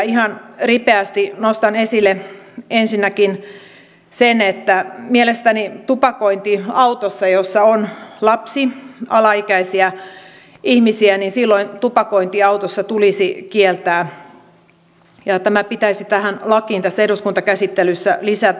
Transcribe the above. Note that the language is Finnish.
ihan ripeästi nostan esille ensinnäkin sen että mielestäni tupakointi autossa jossa on lapsi alaikäisiä ihmisiä tulisi kieltää ja tämä pitäisi tähän lakiin tässä eduskuntakäsittelyssä lisätä